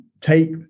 take